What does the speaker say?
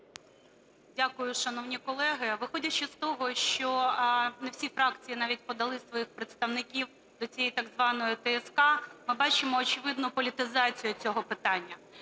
Дякую, шановні колеги. Виходячи з того, що не всі фракції навіть подали своїх представників до цієї так званої ТСК, ми бачимо очевидну політизацію цього питання.